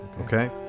okay